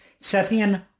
Sethian